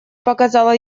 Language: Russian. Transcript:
показала